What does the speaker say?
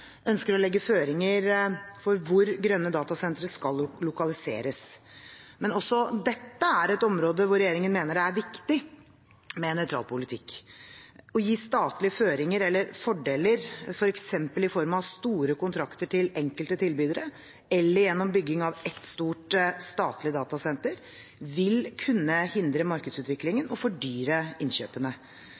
ønsker å legge føringer for hvor grønne datasentre skal lokaliseres. Men også dette er et område hvor regjeringen mener det er viktig med nøytral politikk. Å gi statlige føringer eller fordeler, f.eks. i form av store kontrakter til enkelte tilbydere eller gjennom bygging av ett stort statlig datasenter, vil kunne hindre markedsutviklingen og fordyre innkjøpene.